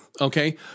Okay